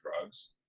drugs